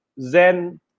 Zen